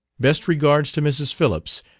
best regards to mrs. phillips.